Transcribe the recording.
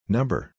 Number